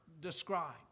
describe